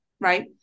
right